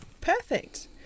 Perfect